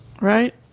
Right